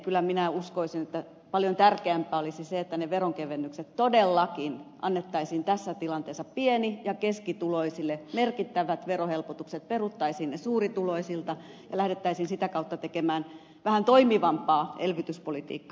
kyllä minä uskoisin että paljon tärkeämpää olisi että ne veronkevennykset todellakin annettaisiin tässä tilanteessa pieni ja keskituloisille peruttaisiin merkittävät verohelpotukset suurituloisilta ja lähdettäisiin sitä kautta tekemään vähän toimivampaa elvytyspolitiikkaa